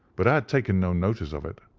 but i had taken no notice of it.